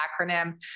acronym